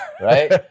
Right